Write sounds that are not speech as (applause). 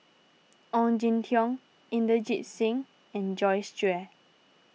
(noise) Ong Jin Teong Inderjit Singh and Joyce Jue